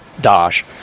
Dosh